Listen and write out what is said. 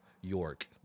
York